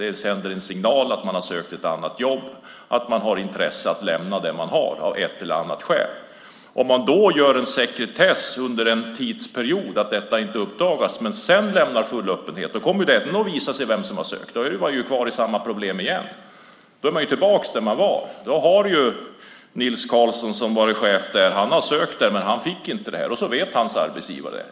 Det sänder en signal att man har sökt ett annat jobb och att man av ett eller annat skäl har intresse av att lämna det man har. Belägger man det med sekretess under en period så att det inte uppdagas men sedan lämnar full öppenhet kommer det ändå att visa sig vem som har sökt. Då har man kvar samma problem. Chefen Nils Karlsson har sökt men fick det inte. Då vet hans arbetsgivare det.